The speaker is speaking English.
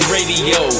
Radio